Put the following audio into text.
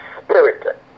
Spirit